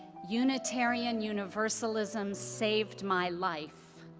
unitarian universalism saved my life